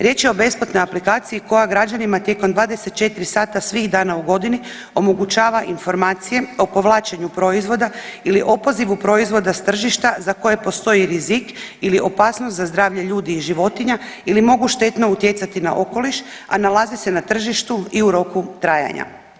Riječ je o besplatnoj aplikaciji koja građanima tijekom 24 sata svih dana u godini omogućava informacije o povlačenju proizvoda ili opozivu proizvoda s tržišta za koje postoji rizik ili opasnost za zdravlje ljudi i životinja ili mogu štetno utjecati na okoliš, a nalaze se na tržištu i u roku trajanja.